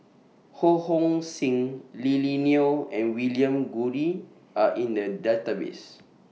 Ho Hong Sing Lily Neo and William Goode Are in The Database